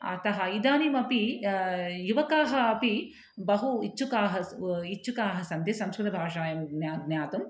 अतः इदानीमपि युवकाः अपि बहु इच्छुकाः स् इच्छुकाः सन्ति संस्कृतभाषायां ज्ञा ज्ञातुम्